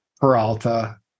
Peralta